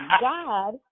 God